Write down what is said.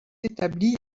établie